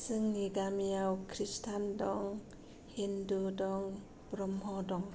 जोंनि गामियाव क्रिष्टियान दं हिन्दु दं ब्रम्ह दं